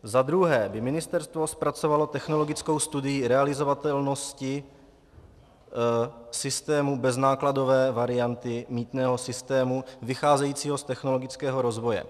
Za druhé, Ministerstvo by zpracovalo technologickou studii realizovatelnosti systému beznákladové varianty mýtného systému vycházejícího z technologického rozvoje.